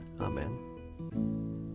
Amen